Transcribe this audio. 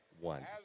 one